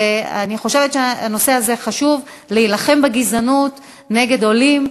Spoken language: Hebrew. ואני חושבת שהנושא הזה חשוב: להילחם בגזענות נגד עולים.